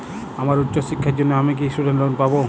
আমার উচ্চ শিক্ষার জন্য আমি কি স্টুডেন্ট লোন পাবো